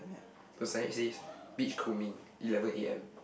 the signage says beach combing eleven A_M